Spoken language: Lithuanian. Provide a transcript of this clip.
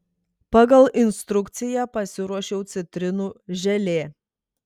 pagal instrukciją pasiruošiau citrinų želė